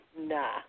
nah